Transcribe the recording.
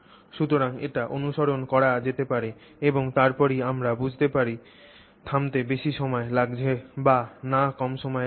সুতরাং এটি অনুসরণ করা যেতে পারে এবং তারপরেই আমরা বুঝতে পারি থামতে বেশি সময় লাগছে বা না কম সময় লাগছে